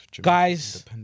guys